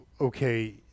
Okay